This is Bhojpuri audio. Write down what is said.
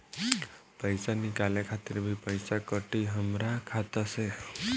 पईसा निकाले खातिर भी पईसा कटी हमरा खाता से?